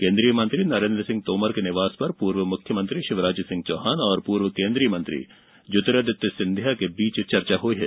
केन्द्रीय मंत्री नरेन्द्र सिंह तोमर के निवास पर पूर्व मुख्यमंत्री शिवराज सिंह चौहान और पूर्व केन्द्रीय मंत्री ज्योतिरादित्य सिंधिया के बीच चर्चा हुई है